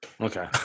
Okay